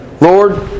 Lord